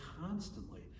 constantly